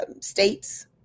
states